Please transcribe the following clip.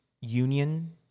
union